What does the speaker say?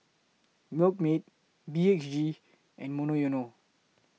Milkmaid B H G and Monoyono